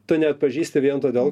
tu neatpažįsti vien todėl